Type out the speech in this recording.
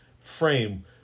frame